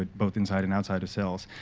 ah both inside and outside of cells.